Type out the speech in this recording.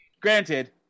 granted